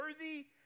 worthy